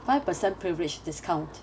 five percent privilege discount